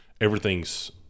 everything's